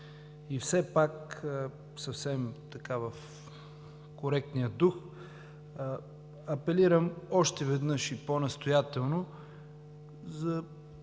И все пак съвсем в коректния дух апелирам още веднъж и по-настоятелно –